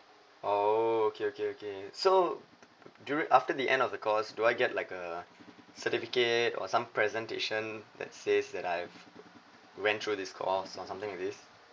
oh okay okay okay so during after the end of the course do I get like a certificate or some presentation that says that I've went through this course or something like this